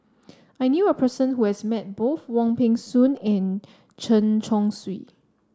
I knew a person who has met both Wong Peng Soon and Chen Chong Swee